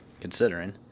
considering